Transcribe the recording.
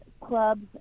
clubs